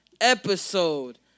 Episode